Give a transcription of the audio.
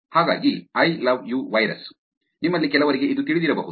ಹಾಗಾಗಿ I love you virus ನಿಮ್ಮಲ್ಲಿ ಕೆಲವರಿಗೆ ಇದು ತಿಳಿದಿರಬಹುದು